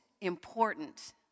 important